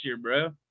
bro